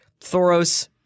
Thoros